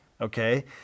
Okay